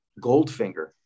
Goldfinger